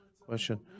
question